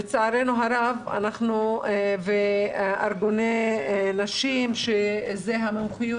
לצערנו הרב יחד עם ארגוני נשים שזו המומחיות